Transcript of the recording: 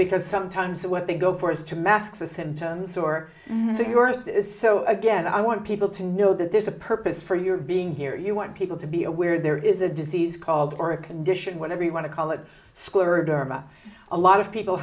because sometimes what they go for is to mask the symptoms or to your is so again i want people to know that there's a purpose for your being here you want people to be aware there is a disease called or a condition whatever you want to call it school or a lot of people